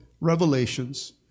Revelations